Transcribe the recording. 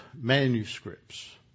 manuscripts